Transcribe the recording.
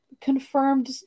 confirmed